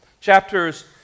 Chapters